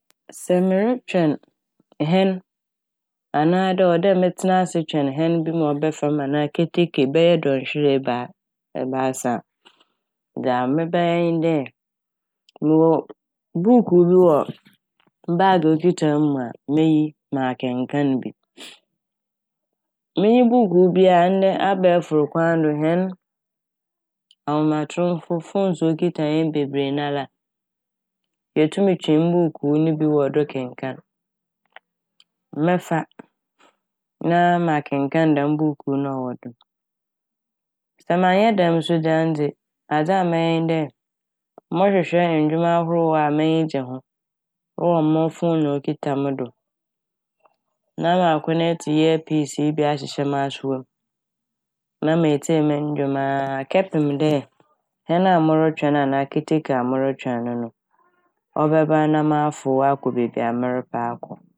Sɛ meretwɛn hɛn anaa dɛ ɔwɔ dɛ metsena ase twɛn hɛn bi ma ɔbɛfa m' anaa keteke dɔnhwer ebaa-ebiasa a, dza mebɛyɛ nye dɛ mowɔ buukuu bi wɔ baage a okitsa me mu a meyi makenkaan bi. Minnyi buukuu bia a ndɛ abɛefor kwan do hɛn ahomatrofo "phones" a okitsa hɛn bebree nala a yetum twe mbuukuu no bi wɔ do kenkaan. Mɛfa na makenkaan buukuu no a ɔwɔ do no. Sɛ mannyɛ dɛm so dze a ɔno dze, adze a mɛyɛ ne dɛ mohwehwɛ ndwom ahorow a m'enyi gye ho ɛwɔ mo fone a okitsa me mo do na makɔnɛt " ear piece" yi bi ahyehyɛ m'sowa mu na metsie me ndwom a kɛpem dɛ hɛn a morotwɛn anaa keteke a morotwɛn no no ɔbɛba na mafow akɔ beebi a merepɛ akɔ.